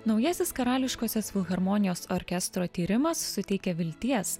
naujasis karališkosios filharmonijos orkestro tyrimas suteikia vilties